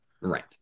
Right